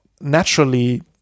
naturally